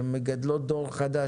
שמגדלים דור חדש,